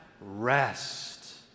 rest